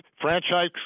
franchise